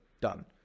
done